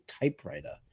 typewriter